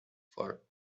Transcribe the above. for